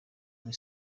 kuri